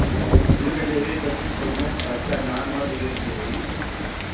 ऋण लेवे बदे कउनो खर्चा ना न देवे के होई?